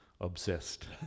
obsessed